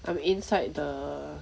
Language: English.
I'm inside the